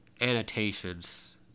annotations